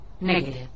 Negative